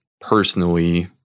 personally